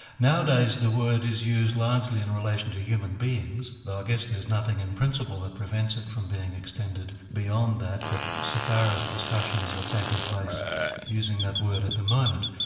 nowadays the word is used largely in relation to human beings, though i guess there's nothing in principle that prevents it from being extended beyond that, but so far as discussions are taking place using that word at the moment,